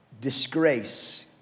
disgrace